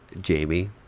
Jamie